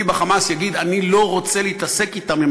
ב"חמאס" יגיד: אני לא רוצה להתעסק אתם,